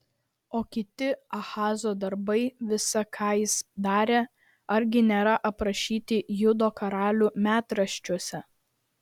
o kiti ahazo darbai visa ką jis darė argi nėra aprašyti judo karalių metraščiuose